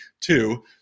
two